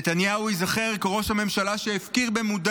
נתניהו ייזכר כראש הממשלה שהפקיר במודע